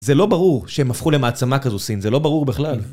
זה לא ברור שהם הפכו למעצמה כזו סין, זה לא ברור בכלל.